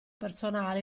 personale